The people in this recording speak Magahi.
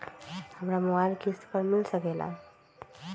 हमरा मोबाइल किस्त पर मिल सकेला?